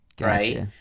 right